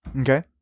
okay